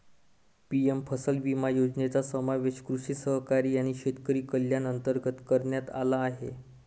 PM फसल विमा योजनेचा समावेश कृषी सहकारी आणि शेतकरी कल्याण अंतर्गत करण्यात आला आहे